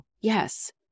yes